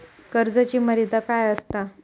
कर्जाची मर्यादा काय असता?